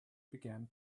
began